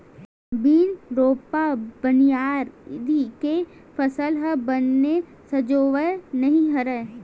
बिन रोपा, बियासी के फसल ह बने सजोवय नइ रहय